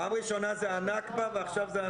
ומאוד חשוב שיידעו כל אותם אנשים שעכשיו מסתכלים